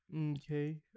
Okay